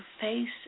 face